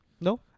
No